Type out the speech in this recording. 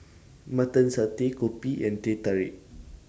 Mutton Satay Kopi and Teh Tarik